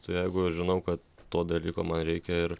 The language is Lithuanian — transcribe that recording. jeigu aš žinau kad to dalyko man reikia ir